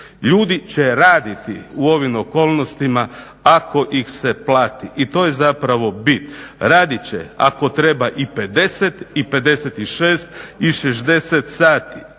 Ljudi će raditi u ovim okolnostima ako ih se plati i to je zapravo bit. Radit će ako treba i 50 i 56 i 60 sati